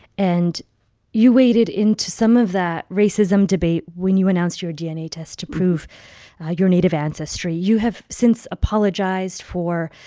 and you waded into some of that racism debate when you announced your dna test to prove your native ancestry. you have since apologized for